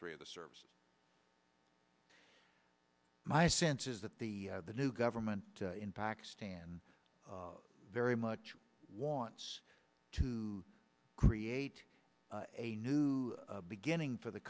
three of the services my sense is that the the new government in pakistan very much wants to create a new beginning for the